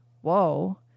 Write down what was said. whoa